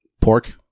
pork